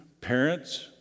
parents